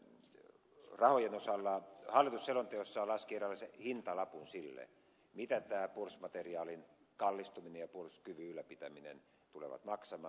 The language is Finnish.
rahojen osalta hallitus selonteossaan laski eräänlaisen hintalapun sille mitä puolustusmateriaalin kallistuminen ja puolustuskyvyn ylläpitäminen tulevat maksamaan